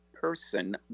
person